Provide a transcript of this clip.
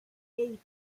eight